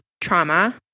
trauma